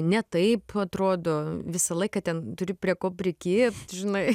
ne taip atrodo visą laiką ten turi prie ko prikibt žinai